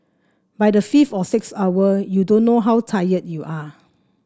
by the fifth or sixth hour you don't know how tired you are